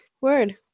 Word